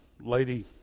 lady